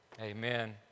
Amen